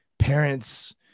parents